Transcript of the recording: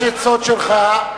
יש עצות שלך,